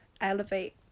elevate